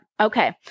Okay